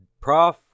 Prof